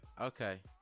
Okay